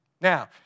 Now